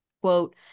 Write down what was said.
Quote